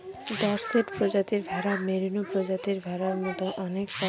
Dorset প্রজাতির ভেড়া, merino প্রজাতির ভেড়ার মতো অনেক পাবো